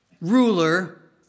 ruler